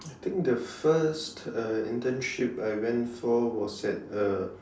I think the first uh internship I went for was at a